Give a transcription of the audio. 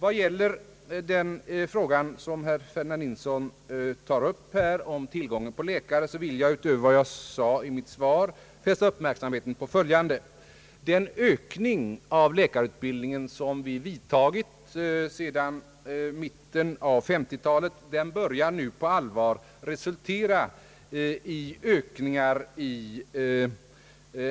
Vad gäller den fråga som herr Ferdinand Nilsson tagit upp, nämligen tillgången på läkare, vill jag utöver vad jag sade i mitt svar fästa uppmärksamheten på följande. Den ökning av läkarutbildningen som vidtagits sedan mitten av 1950-talet börjar nu på allvar resultera i ökningar i